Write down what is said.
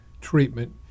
treatment